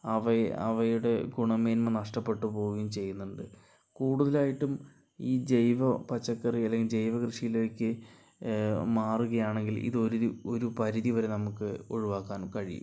അവയെ അവയുടെ ഗുണമേന്മ നഷ്ടപ്പെട്ട് പോകുകയും ചെയ്യുന്നുണ്ട് കൂടുതലായിട്ടും ഈ ജൈവപച്ചക്കറി അല്ലെങ്കിൽ ജൈവകൃഷിയിലേക്ക് മാറുകയാണെങ്കിൽ ഇതൊരു ഒരു പരിധി വരെ നമുക്ക് ഒഴിവാക്കാൻ കഴിയും